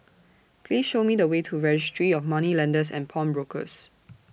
Please Show Me The Way to Registry of Moneylenders and Pawnbrokers